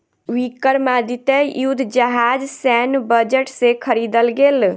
विक्रमादित्य युद्ध जहाज सैन्य बजट से ख़रीदल गेल